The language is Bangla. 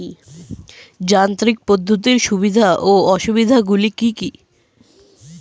যান্ত্রিক পদ্ধতির সুবিধা ও অসুবিধা গুলি কি কি?